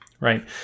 right